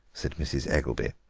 said mrs. eggelby.